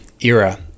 era